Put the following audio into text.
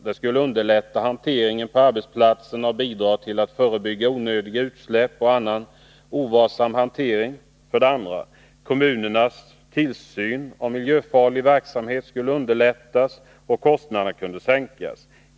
Det skulle underlätta hanteringen på arbetsplatserna och bidra till att förebygga onödiga utsläpp och annan ovarsam hantering. 2. Kommunernas tillsyn av miljöfarlig verksamhet skulle underlättas och kostnaderna skulle kunna sänkas.